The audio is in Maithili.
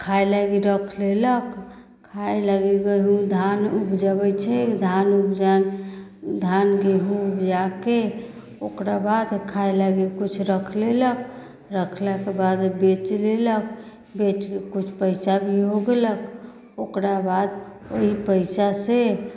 खाय लागी रख लेलक खाय लागी गहूँम धान ऊपजबैत छै धान ऊपजा धान गेहूँ ऊपजाके ओकराबाद खाइ लागी किछु रख लेलक रखलाके बाद बेच देलक बेचके किछु पैसा भी हो गेलक ओकराबाद ओहि पैसा से